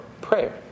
prayer